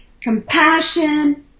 compassion